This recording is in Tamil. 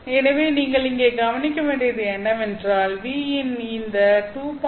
ஆனால் நீங்கள் இங்கே கவனிக்க வேண்டியது என்னவென்றால் V இன் இந்த 2